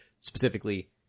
specifically